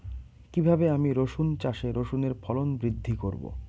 কীভাবে আমি রসুন চাষে রসুনের ফলন বৃদ্ধি করব?